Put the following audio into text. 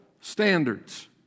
standards